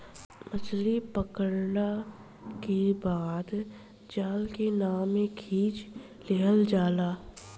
मछली पकड़ला के बाद जाल के नाव में खिंच लिहल जाला